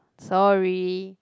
sorry